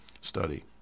study